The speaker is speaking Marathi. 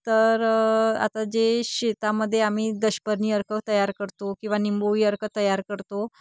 तर आता जे शेतामध्ये आम्ही दशपर्णी अर्क तयार करतो किंवा निंबोळी अर्क तयार करतो